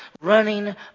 Running